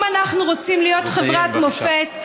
אם אנחנו רוצים חברת מופת,